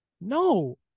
No